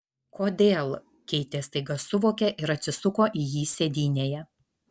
kodėl keitė staiga suvokė ir atsisuko į jį sėdynėje